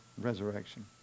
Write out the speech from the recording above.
resurrection